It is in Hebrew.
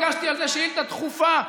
הגשתי על זה שאילתה דחופה אתמול.